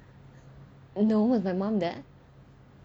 no was my mom there